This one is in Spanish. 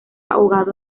ahogado